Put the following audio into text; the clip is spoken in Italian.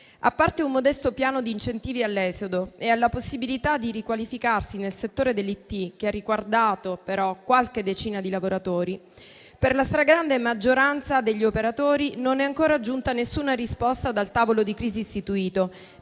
A parte un modesto piano di incentivi all'esodo e alla possibilità di riqualificarsi nel settore dell'IT, che ha riguardato però qualche decina di lavoratori, per la stragrande maggioranza degli operatori non è ancora giunta nessuna risposta dal tavolo di crisi istituito,